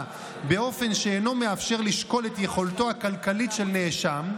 באופן שאינו מאפשר לשקול את יכולתו הכלכלית של נאשם,